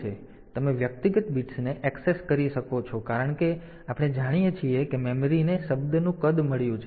તેથી તમે વ્યક્તિગત બિટ્સને ઍક્સેસ કરી શકો છો કારણ કે આપણે જાણીએ છીએ કે મેમરીને શબ્દનું કદ મળ્યું છે